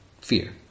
fear